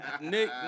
Nick